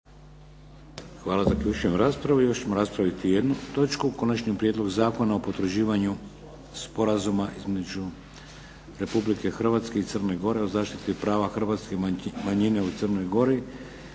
**Šeks, Vladimir (HDZ)** Još ćemo raspraviti jednu točku –- Konačni prijedlog Zakona o potvrđivanju Sporazuma između Republike Hrvatske i Crne Gore o zaštiti prava hrvatske manjine u Crnoj Gori